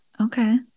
okay